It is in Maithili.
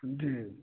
जी